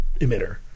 emitter